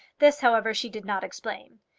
this, however, she did not explain.